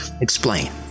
explain